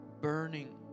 burning